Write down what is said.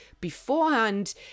beforehand